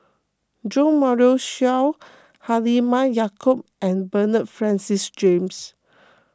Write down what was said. Jo Marion Seow Halimah Yacob and Bernard Francis James